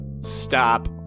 stop